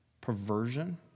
perversion